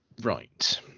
Right